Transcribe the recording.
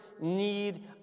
need